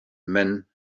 men